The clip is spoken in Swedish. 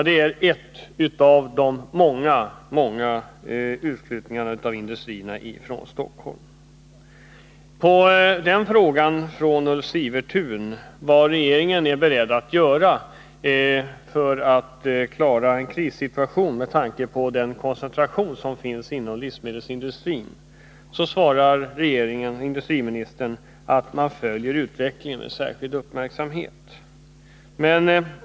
Det är en av många utflyttningar av industrier från Stockholm. På Ulf Sivertuns fråga, vad regeringen är beredd att göra i en eventuell krissituation, med tanke på den koncentration som finns inom livsmedelsindustrin, svarar regeringenindustriministern att man följer utvecklingen med särskild uppmärksamhet.